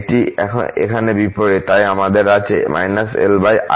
এবং এটি এখানে বিপরীত তাই আমাদের আছে -l inπ